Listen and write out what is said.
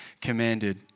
commanded